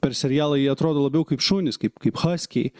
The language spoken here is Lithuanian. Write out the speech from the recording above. per serialą jie atrodo labiau kaip šunys kaip kaip haskiai